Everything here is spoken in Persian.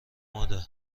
مادر